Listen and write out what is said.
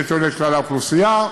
היא לתועלת כלל האוכלוסייה,